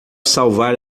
salvar